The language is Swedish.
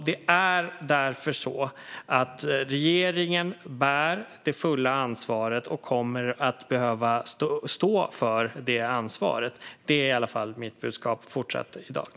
Det är därför så att regeringen bär det fulla ansvaret och kommer att behöva stå för det ansvaret. Det är i alla fall mitt fortsatta budskap.